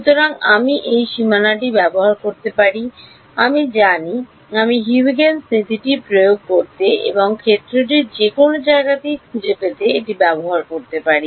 সুতরাং আমি এই সীমানাটি ব্যবহার করতে পারি আমি জানি আমি হিউজেনস নীতিটি প্রয়োগ করতে এবং ক্ষেত্রটি যে কোনও জায়গাতেই খুঁজে পেতে এটি ব্যবহার করতে পারি